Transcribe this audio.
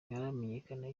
ntiharamenyekana